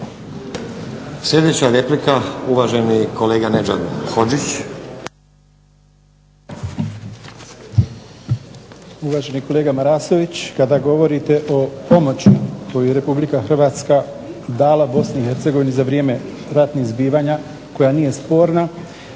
Sljedeća replika uvaženi kolega Nedžad Hodžić. **Hodžić, Nedžad (BDSH)** Uvaženi kolega Marasović kada govorite o pomoći koju je Republika Hrvatska dala Bosni i Hercegovini za vrijeme ratnih zbivanja koja nije sporna,